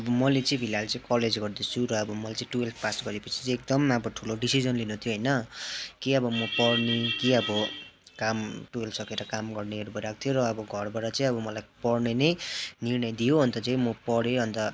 अब मैले चाहिँ फिलहाल चाहिँ कलेज गर्दैछु र अब मैले चाहिँ टुवेल्भ पास गरेपछि चाहिँ एकदम अब ठुलो डिसिजन लिनु थियो होइन कि अब म पढ्ने कि अब काम टुवेल्भ सकेर काम गर्नेहरू भइरहेको थियो र अब घरबाट चाहिँ अब मलाई पढ्ने नै निर्णय दियो अन्त चाहिँ म पढेँ अन्त